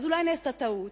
אז אולי נעשתה טעות,